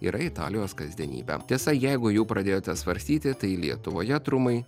yra italijos kasdienybė tiesa jeigu jau pradėjote svarstyti tai lietuvoje trumai